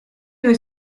due